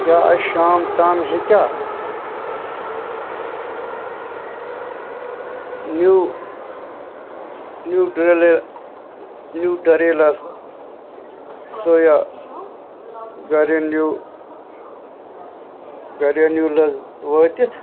کیٛاہ آز شام تام ہیٚکیٛاہ نیوٗ نیوٗ ڈرٛیلہِ نیوٗڈَریلا سویا گرنیوٗ گرٛینیوٗلٕز وٲتِتھ